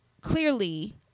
clearly